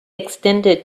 extended